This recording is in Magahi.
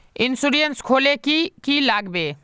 इंश्योरेंस खोले की की लगाबे?